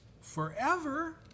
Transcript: forever